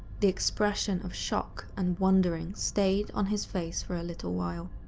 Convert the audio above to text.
the expression of shock and wondering stayed on his face for a little while.